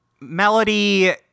Melody